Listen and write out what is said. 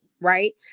Right